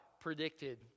predicted